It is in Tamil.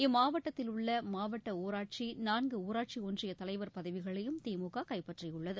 இம்மாவட்டத்தில் உள்ள மாவட்ட ஊராட்சி நான்கு ஊராட்சி ஒன்றிய தலைவர் பதவிகளையும் திமுக கைப்பற்றியுள்ளது